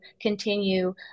continue